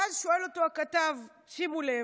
ואז שואל אותו הכתב, שימו לב,